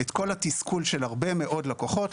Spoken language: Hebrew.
נזכיר את התסכול של הרבה מאוד לקוחות: